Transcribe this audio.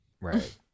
Right